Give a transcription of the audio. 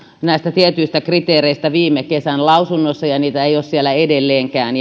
lausuneet tietyistä kriteereistä viime kesän lausunnossa ja niitä ei ole siellä edelleenkään